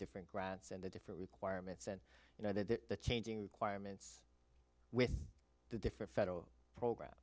different grants and the different requirements and you know that the changing quire ments with the different federal program